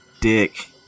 dick